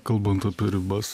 kalbant apie ribas